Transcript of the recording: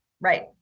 Right